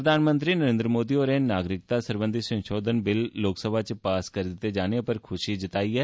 प्रधानमंत्री नरेन्द्र मोदी होरें नागरिकता सरबंधी संशोधन बिल लोकसभा च पास करी दित्ते जाने पर खुशी बुज्झी ऐ